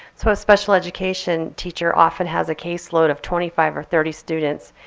so a special education teacher often has a caseload of twenty five or thirty students.